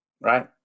right